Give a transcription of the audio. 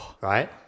right